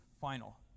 final